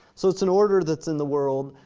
so it's an order that's in the world,